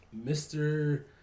Mr